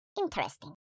Interesting